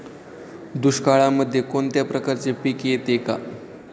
दुष्काळामध्ये कोणत्या प्रकारचे पीक येते का?